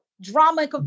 Drama